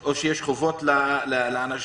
או שיש חובות לאזרחים,